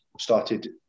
started